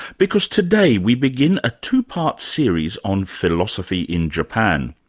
because today we begin a two-part series on philosophy in japan.